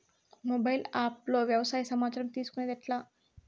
Mobile app లో వ్యవసాయ సమాచారం తీసుకొనేది ఎట్లా?